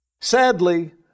Sadly